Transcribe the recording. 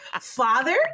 Father